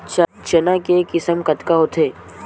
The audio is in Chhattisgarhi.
चना के किसम कतका होथे?